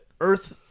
Earth